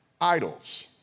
idols